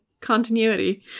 continuity